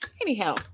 Anyhow